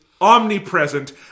omnipresent